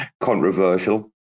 controversial